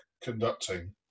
conducting